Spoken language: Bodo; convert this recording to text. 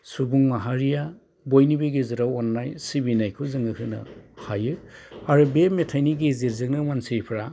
सुबुं माहारिया बयनिबो गेजेराव अननाय सिबिनायखौ जोङो होनो हायो आरो बे मेथाइनि गेजेरजोंनो मानसिफ्रा